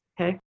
okay